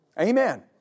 Amen